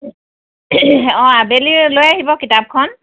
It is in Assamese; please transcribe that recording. অ আবেলি লৈ আহিব কিতাপখন